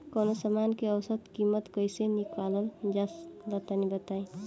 कवनो समान के औसत कीमत कैसे निकालल जा ला तनी बताई?